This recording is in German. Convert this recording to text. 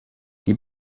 die